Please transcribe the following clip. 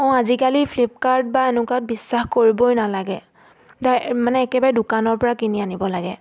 অঁ আজিকালি ফ্লিপকাৰ্ট বা এনেকুৱাত বিশ্বাস কৰিবই নালাগে দা মানে একেবাৰে দোকানৰ পৰা কিনি আনিব লাগে